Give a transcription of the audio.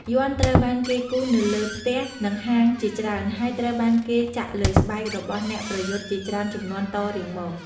យ័ន្តត្រូវបានគេគូរនៅលើផ្ទះ និងហាងជាច្រើន ហើយត្រូវបានគេចាក់លើស្បែករបស់អ្នកប្រយុទ្ធជាច្រើនជំនាន់តរៀងមក។